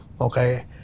okay